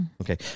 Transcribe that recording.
Okay